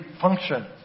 function